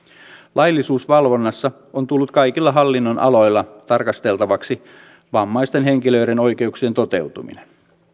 laillisuusvalvonnassa on tullut kaikilla hallinnonaloilla tarkasteltavaksi vammaisten henkilöiden oikeuksien toteutuminen